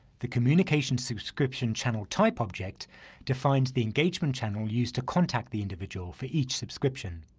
the communication subscription channel type object defines the engagement channel used to contact the individual for each subscription.